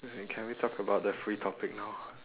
can we talk about the free topic now